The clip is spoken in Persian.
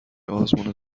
آزمون